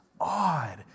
odd